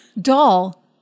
doll